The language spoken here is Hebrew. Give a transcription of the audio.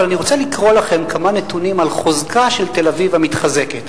אבל אני רוצה לקרוא לכם כמה נתונים על חוזקה של תל-אביב המתחזקת,